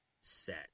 set